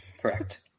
correct